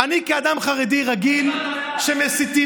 למה הצבעת בעד?